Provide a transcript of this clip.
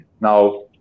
now